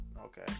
Okay